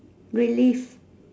relief